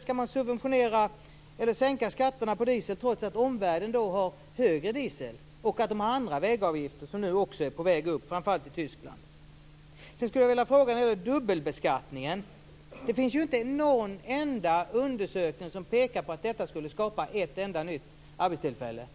Skall man sänka skatterna på diesel trots att omvärlden har högre skatter och dessutom andra vägavgifter som nu också, framför allt i Tyskland, är på väg upp. Jag skulle vilja ställa en fråga när det gäller dubbelbeskattningen. Det finns inte någon enda undersökning som pekar på att ett borttagande av dubbelbeskattningen skulle skapa ett enda nytt arbetstillfälle.